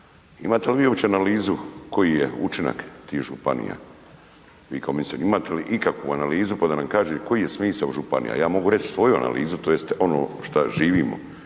Imate li vi uopće analizu koji je učinak tih županija vi kao ministar? Imate li ikakvu analizu pa da nam kažete koji je smisao županija? Ja mogu reći svoju analizu tj. ono šta živimo.